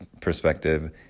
perspective